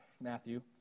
Matthew